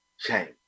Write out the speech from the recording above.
change